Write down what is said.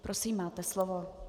Prosím, máte slovo.